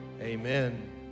Amen